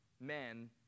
men